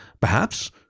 Perhaps—